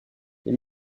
les